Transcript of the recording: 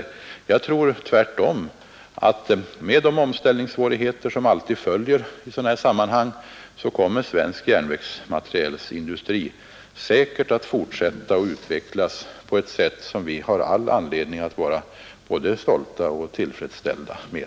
Jag tror tvärtom att även med de omställningssvårigheter som alltid följer i sådana här sammanhang kommer svensk järnvägsmaterielindustri säkert att fortsätta att utvecklas på ett sätt som vi har all anledning att vara både stolta över och tillfredsställda med.